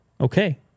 okay